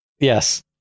Yes